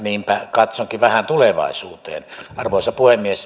niinpä katsonkin vähän tulevaisuuteen arvoisa puhemies